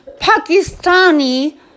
Pakistani